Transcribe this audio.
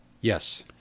Yes